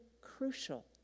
crucial